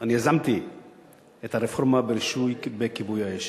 אני יזמתי את הרפורמה בכיבוי האש,